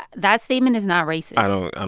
that statement is not racist i don't and